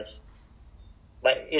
it's called ah fortran